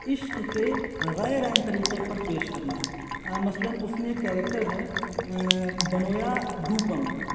عشق کے غیر عین طریقے پر پیش کرنا مثلاً اُس میں ایک کریکٹر ہے بنویا دوپم